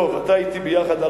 דב, אתה אתי יחד.